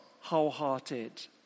wholehearted